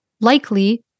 likely